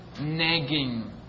nagging